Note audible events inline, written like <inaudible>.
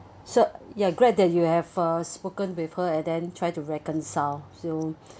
so ya glad that you have spoken with her and then try to reconcile <breath> you know